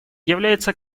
является